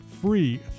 free